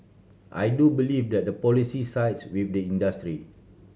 I do believe that the policy sides with the industry